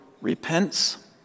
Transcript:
repents